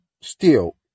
Steel